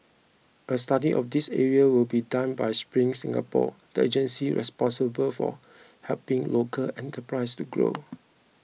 a study of these areas will be done by Spring Singapore the agency responsible for helping local enterprises to grow